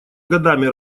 годами